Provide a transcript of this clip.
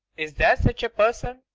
is there such a person?